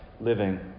living